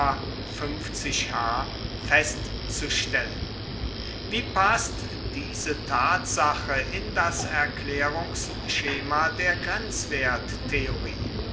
h festzustellen wie paßt diese tatsache in das erklärungsschema der